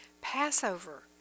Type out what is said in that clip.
Passover